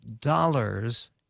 dollars